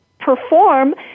perform